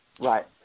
Right